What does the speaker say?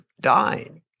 dying